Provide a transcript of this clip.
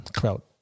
crowd